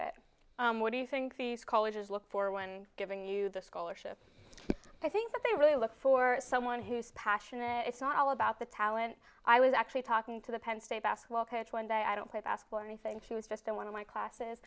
bit what do you think these colleges look for one giving you the scholarship i think they really look for someone who's passionate it's not all about the talent i was actually talking to the penn state aswell catch one day i don't play basketball or anything she was just in one of my classes